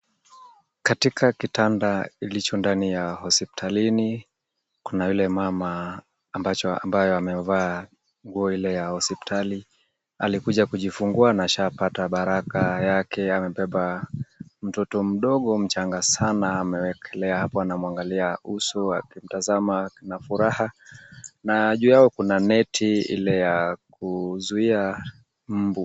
Katika kitanda kilicho ndani ya hospitalini kuna yule mama ambaye amevaa nguo ile ya hospitali. Alikuja kujifungua na ashapata baraka yake. Amebeba mtoto mdogo mchanga sana amewekelea hapo. Ana mwangalia uso wa kutazama na furaha na juu yao kuna neti ile ya kuzuia mbu.